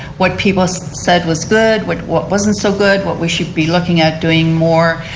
what people so said was good. what what wasn't so good. what we should be looking at doing more.